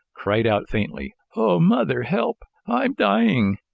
cried out faintly oh, mother, help! i'm dying!